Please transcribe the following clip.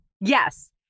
Yes